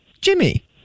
Jimmy